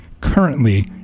Currently